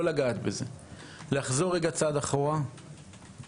לא לגעת בזה ולחזור רגע צעד אחורה לתקנות.